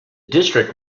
district